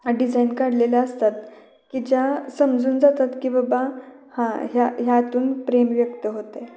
design काढलेल्या असतात की ज्या समजून जातात की बाबा हां यातून प्रेम व्यक्त होतं आहे